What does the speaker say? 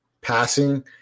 passing